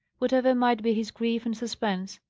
whatever might be his grief and suspense,